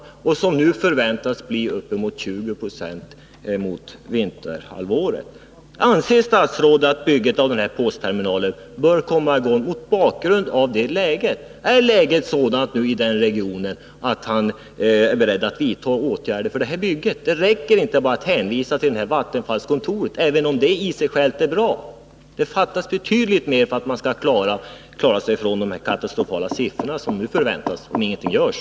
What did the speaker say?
Denna arbetslöshet förväntas bli uppemot 20 90 under vinterhalvåret. Anser statsrådet, mot bakgrund av detta läge, att bygget av postterminalen bör komma i gång? Är läget i denna region sådant att arbetsmarknadsministern nu är beredd att vidta åtgärder för att få i gång detta bygge? Det räcker inte med att bara hänvisa till byggandet av Vattenfalls kontor, även om det i sig självt är bra. Det fattas fortfarande arbetstillfällen för att man skall kunna klara sig från de katastrofala arbetslöshetssiffror som förväntas, om ingenting görs.